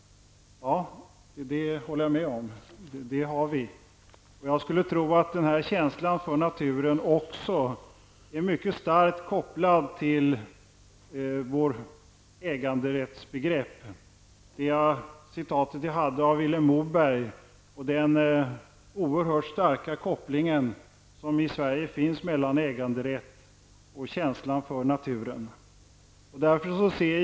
Det håller jag med om, det har vi. Men jag skulle tro att känslan för naturen är mycket starkt kopplad till vårt äganderättsbegrepp. Jag hänvisar till citatet av Vilhelm Moberg och den oerhört starka koppling som det i Sverige finns mellan äganderätt och känsla för naturen.